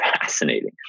fascinating